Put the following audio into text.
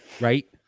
right